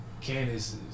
Candace